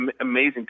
amazing